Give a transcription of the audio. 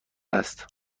است